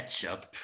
ketchup